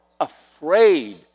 afraid